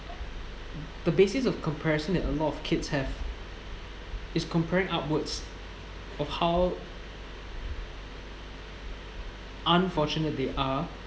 the basis of comparison that a lot of kids have is comparing upwards of how unfortunate they are